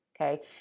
Okay